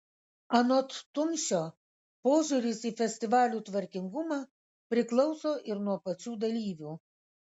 anot tumšio požiūris į festivalių tvarkingumą priklauso ir nuo pačių dalyvių